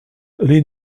les